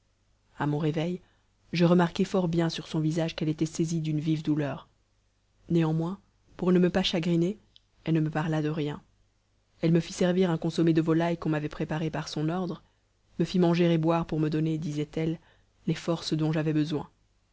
à mon réveil je remarquai fort bien sur son visage qu'elle était saisie d'une vive douleur néanmoins pour ne me pas chagriner elle ne me parla de rien elle me fit servir un consommé de volaille qu'on m'avait préparé par son ordre me fit manger et boire pour me donner disait-elle les forces dont j'avais besoin